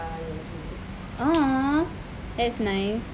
!aww! that's nice